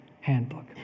handbook